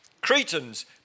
Cretans